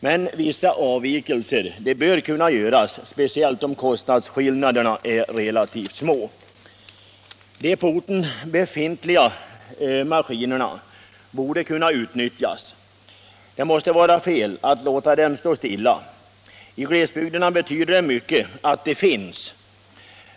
Men vissa avvikelser bör kunna göras, speciellt om kostnadsskillnaderna är relativt små. De på orten befintliga maskinerna borde kunna utnyttjas. Det måste vara fel att låta dem stå stilla. I glesbygderna betyder det mycket att de finns.